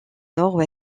nord